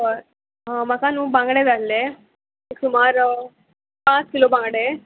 हय म्हाका न्हू बांगडे जाय आहले एक सुमार पांच किलो बांगडे